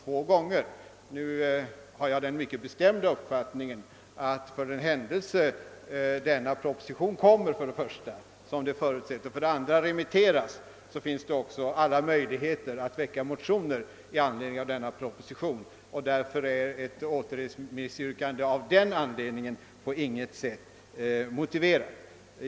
Jag har emellertid den mycket bestämda uppfattningen att om propostitionen för det första framläggs och för det andra remitteras till utskott finns det möjligheter att väcka motioner i anledning av den. Därför är ett återremissyrkande av denna anledning på intet sätt motiverat.